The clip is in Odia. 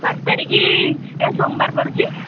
ବାର ତାରିଖ ଏଇ ସୋମବାର ପଡ଼ୁଛି